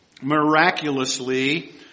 miraculously